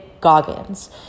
Goggins